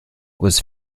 was